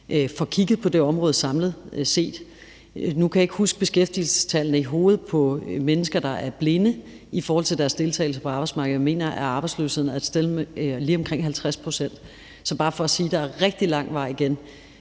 får kigget på det område samlet set. Nu kan jeg ikke huske beskæftigelsestallene i hovedet for mennesker, der er blinde, i forhold til deres deltagelse på arbejdsmarkedet, men jeg mener, at arbejdsløsheden er lige omkring 50 pct. Så det er bare for sige, at der er rigtig lang vej igen,